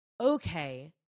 okay